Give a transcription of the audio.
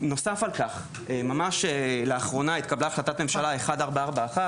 נוסף על כך, ממש לאחרונה התקבלה החלטת ממשלה 1441,